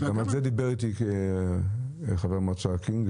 גם על זה דיבר איתי חבר המועצה קינג.